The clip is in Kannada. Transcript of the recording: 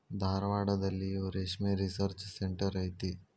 ಧಾರವಾಡದಲ್ಲಿಯೂ ರೇಶ್ಮೆ ರಿಸರ್ಚ್ ಸೆಂಟರ್ ಐತಿ